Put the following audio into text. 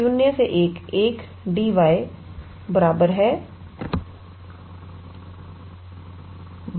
तो यह 1 होगा